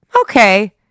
okay